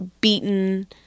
beaten